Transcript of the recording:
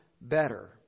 better